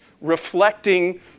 reflecting